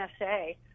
NSA